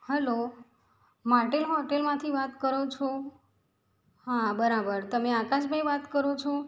hello motel હોટેલમાંથી વાત કરો છો હા બરાબર તમે આકાશ ભાઈ વાત કરો છો